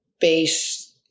base